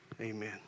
Amen